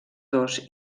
dos